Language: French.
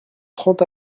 trente